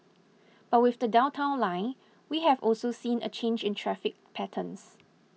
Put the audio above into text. but with the Downtown Line we have also seen a change in traffic patterns